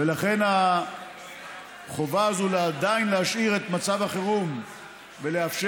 ולכן החובה הזאת עדיין להשאיר את מצב החירום ולאפשר